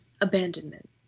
abandonment